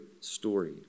story